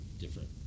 Different